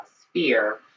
sphere